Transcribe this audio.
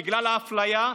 בגלל האפליה,